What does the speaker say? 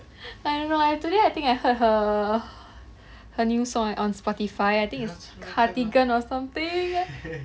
I don't know I today I think I heard her her new song on spotify I think it's cardigan or something